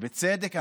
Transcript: בצדק,